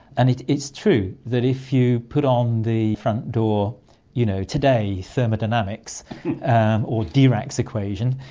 and it's it's true that if you put on the front door you know today thermodynamics or dirac's equation,